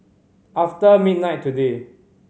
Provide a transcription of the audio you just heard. after midnight today